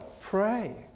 pray